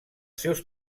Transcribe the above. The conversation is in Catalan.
seus